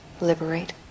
liberate